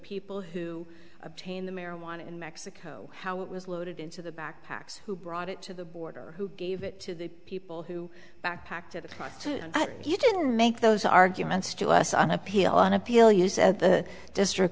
people who obtain the marijuana in mexico how it was loaded into the backpacks who brought it to the border who gave it to the people who backpacked it across to you didn't make those arguments to us on appeal on appeal you said the district